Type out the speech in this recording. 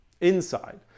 inside